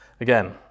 Again